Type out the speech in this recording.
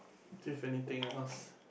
do you have anything else